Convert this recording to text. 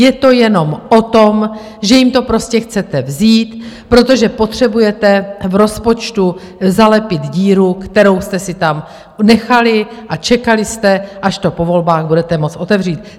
Je to jenom o tom, že jim to prostě chcete vzít, protože potřebujete v rozpočtu zalepit díru, kterou jste si tam nechali, a čekali jste, až to po volbách budete moct otevřít.